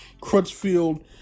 Crutchfield